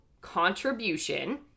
contribution